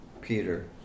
Peter